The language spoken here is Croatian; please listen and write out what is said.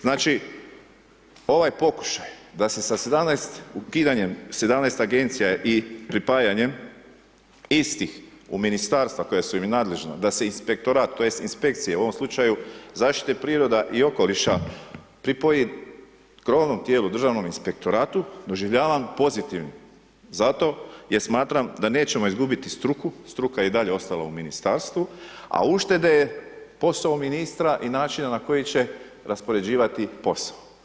Znači, ovaj pokušaj da se sa 17, ukidanjem 17 agencija i pripajanjem istih u ministarstva koja su im i nadležna, da se inspektorat tj. inspekcije u ovom slučaju zaštite prirode i okoliša pripoji krovnom tijelu Državnom inspektoratu doživljavam pozitivnim zato jer smatram da nećemo izgubiti struku, struka je i dalje ostala u ministarstvu, a uštede je posao ministra i načina na koji će raspoređivati posao.